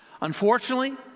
Unfortunately